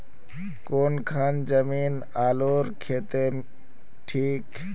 कौन खान जमीन आलूर केते ठिक?